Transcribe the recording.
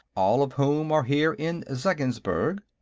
all of whom are here in zeggensburg.